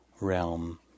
realm